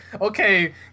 okay